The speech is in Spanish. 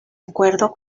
acuerdo